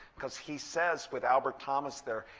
because he says with albert thomas there,